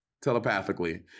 telepathically